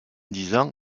disant